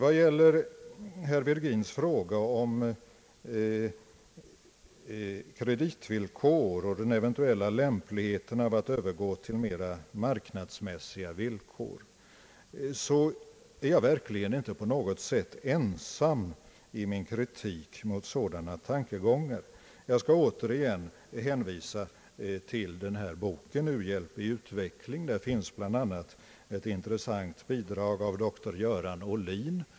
Vad gäller herr Virgins fråga om kreditvillkor och den eventuella lämpligheten av att övergå till mer marknadsmässiga villkor är jag verkligen inte på något sätt ensam i min kritik mot sådana tankegångar. Jag skall än en gång hänvisa till boken U-hjälp i utveckling? Där finns bland annat ett intressant bidrag av doktor Göran Ohlin.